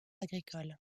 agricoles